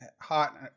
hot